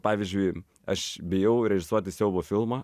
pavyzdžiui aš bijau režisuoti siaubo filmą